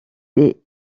des